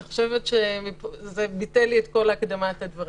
אני חושבת שזה ביטל לי את כל הקדמת הדברים,